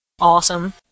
Awesome